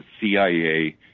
CIA